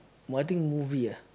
Martin movie ah